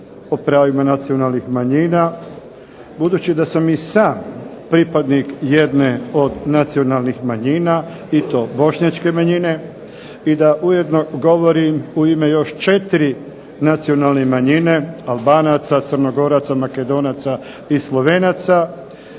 o pravima nacionalnih manjina. Budući da sam i sam pripadnik jedne od nacionalnih manjina i to bošnjačke manjine i da ujedno govorim u ime još četiri nacionalne manjine Albanaca, Crnogoraca, Makedonaca i Slovenaca